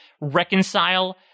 reconcile